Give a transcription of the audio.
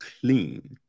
clean